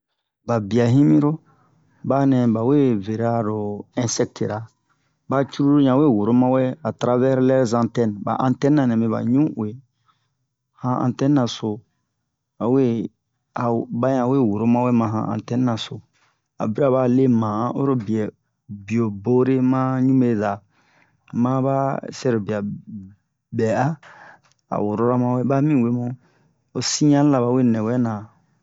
ba bia yimiro banɛ bawe veraro insect tira ba cruru yan we woro mawɛ a travers leurs antennes ba antenne na nɛmi ba ɲu'uwe han antenne naso bawe a bayan we woro mawɛ ma han antennes naso a bira bale ma han oro biɛ bio bore ma ɲubeza maba sɛrobia bɛ'a a worora mawɛ bami wemu o signal la bawe nɛwɛna